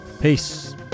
Peace